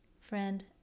Friend